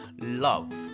love